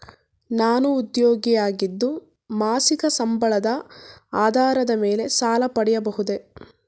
ನಾನು ಉದ್ಯೋಗಿ ಆಗಿದ್ದು ಮಾಸಿಕ ಸಂಬಳದ ಆಧಾರದ ಮೇಲೆ ಸಾಲ ಪಡೆಯಬಹುದೇ?